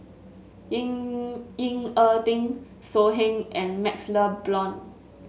Ying Ying a Ding So Heng and MaxLe Blond